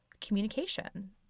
communication